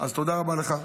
אז תודה רבה לך.